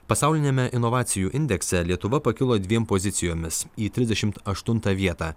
pasauliniame inovacijų indekse lietuva pakilo dviem pozicijomis į trisdešim aštuntą vietą